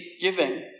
giving